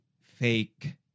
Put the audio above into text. fake